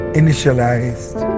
initialized